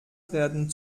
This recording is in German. werden